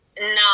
No